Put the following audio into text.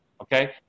okay